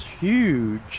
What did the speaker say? huge